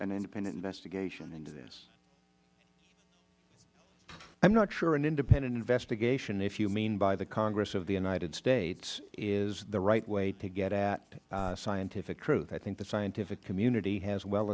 an independent investigation into this mister holdren i am not sure an independent investigation if you mean by the congress of the united states is the right way to get at scientific truth i think the scientific community has well